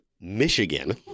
Michigan